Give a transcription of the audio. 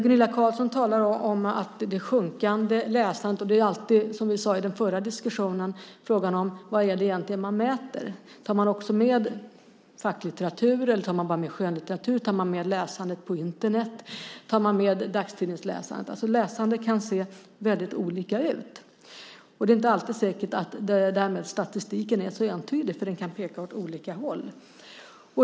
Gunilla Carlsson talar om det sjunkande läsandet. Som vi sade i den förra diskussionen: Vad är det egentligen man mäter? Tar man med även facklitteratur, eller tar man bara med skönlitteratur? Tar man med läsandet på Internet? Tar man med dagstidningsläsandet? Läsande kan se väldigt olika ut, och det är inte alltid säkert att statistiken är entydig. Den kan peka åt olika håll.